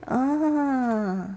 ah